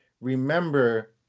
remember